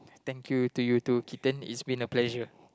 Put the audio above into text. thank you to you to Keaten it's been a pleasure